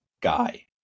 guy